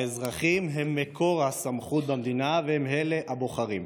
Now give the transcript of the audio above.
האזרחים הם מקור הסמכות במדינה והם אלה הבוחרים.